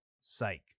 psych